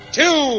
two